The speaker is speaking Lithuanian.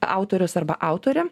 autorius arba autorė